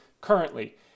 currently